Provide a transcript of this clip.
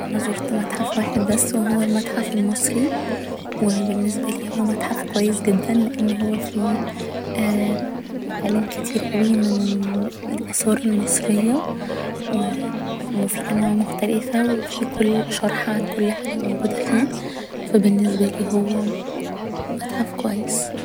أنا زورت متحف واحد بس و هو المتحف المصري و بالنسبالي هو متحف كويس جدا لان هو فيه معالم كتير اوي من الآثار المصرية و في أنواع مختلفة و في شرح عن كل حاجة موجودة فيه فبالنسبالي هو متحف كويس